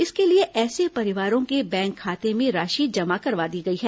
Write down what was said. इसके लिए ऐसे परिवारों के बैंक खाते में राशि जमा करवा दी गई है